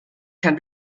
can